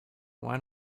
why